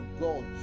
God